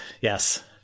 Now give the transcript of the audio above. Yes